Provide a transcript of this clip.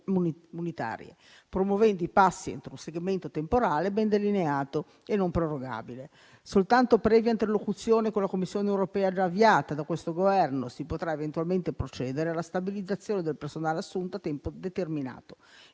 comunitarie, promuovendo i passi entro un segmento temporale ben delineato e non prorogabile. Soltanto previa interlocuzione con la Commissione europea, già avviata da questo Governo, si potrà eventualmente procedere alla stabilizzazione del personale assunto a tempo determinato.